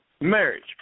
Marriage